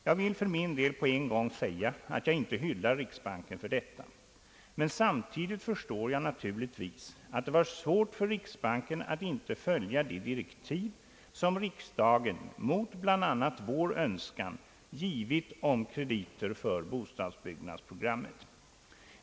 Jag vill för min del omedelbart göra klart, att jag inte hyllar riksbanken för detta. Men samtidigt förstår jag naturligtvis att det var svårt för riksbanken att inte följa de direktiv, som riksdagen mot bl.a. vår önskan givit om krediter för bostadsbyggnadsprogrammet.